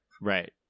right